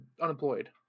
unemployed